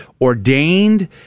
ordained